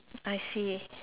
I see